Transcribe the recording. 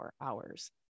hours